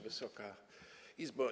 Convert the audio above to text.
Wysoka Izbo!